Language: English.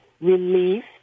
Relief